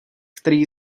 který